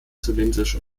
zylindrisch